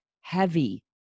heavy